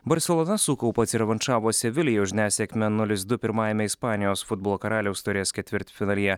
barselona su kaupu atsirevanšavo sevilijoj už nesėkmę nulis du pirmajame ispanijos futbolo karaliaus taurės ketvirtfinalyje